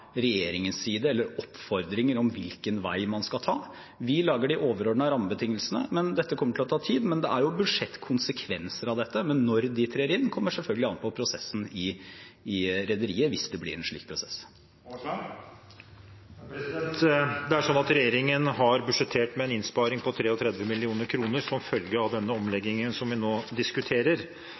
rammebetingelsene, men dette kommer til å ta tid. Det er budsjettkonsekvenser av dette, men når de trer inn, kommer selvfølgelig an på prosessen i rederiet, hvis det blir en slik prosess. Regjeringen har budsjettert med en innsparing på 33 mill. kr som en følge av den omleggingen som vi nå diskuterer.